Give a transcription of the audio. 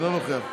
אינו נוכח,